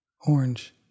Orange